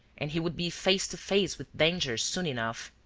and he would be face to face with danger soon enough.